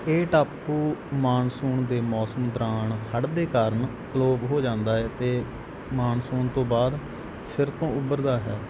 ਇਹ ਟਾਪੂ ਮਾਨਸੂਨ ਦੇ ਮੌਸਮ ਦੌਰਾਨ ਹੜ੍ਹ ਦੇ ਕਾਰਨ ਅਲੋਪ ਹੋ ਜਾਂਦਾ ਏ ਅਤੇ ਮਾਨਸੂਨ ਤੋਂ ਬਾਅਦ ਫਿਰ ਤੋਂ ਉੱਭਰਦਾ ਹੈ